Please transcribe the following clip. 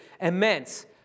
immense